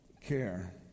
care